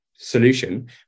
solution